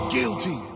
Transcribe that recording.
Guilty